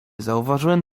zauważyłem